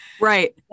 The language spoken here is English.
Right